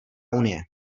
unie